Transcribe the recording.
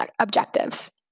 objectives